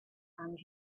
and